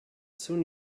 soon